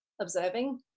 observing